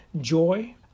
joy